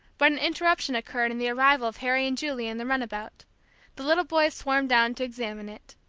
but an interruption occurred in the arrival of harry and julie in the runabout the little boys swarmed down to examine it.